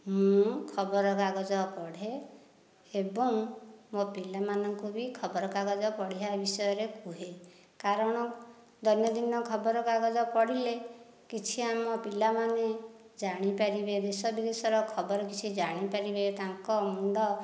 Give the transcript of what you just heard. ମୁଁ ଖବରକାଗଜ ପଢ଼େ ଏବଂ ମୋ ପିଲାମାନଙ୍କୁ ବି ଖବର କାଗଜ ପଢ଼ିବା ବିଷୟରେ କୁହେ କାରଣ ଦୈନନ୍ଦିନ ଖବରକାଗଜ ପଢ଼ିଲେ କିଛି ଆମ ପିଲାମାନେ ଜାଣିପାରିବେ ଦେଶବିଦେଶର ଖବର କିଛି ଜାଣିପାରିବେ ତାଙ୍କ ମୁଣ୍ଡ